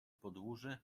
podwórze